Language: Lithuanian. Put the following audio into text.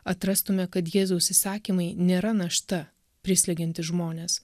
atrastume kad jėzaus įsakymai nėra našta prislegianti žmones